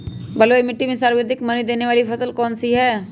बलुई मिट्टी में सर्वाधिक मनी देने वाली फसल कौन सी होंगी?